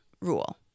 rule